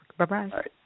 Bye-bye